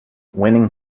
winning